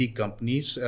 companies